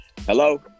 Hello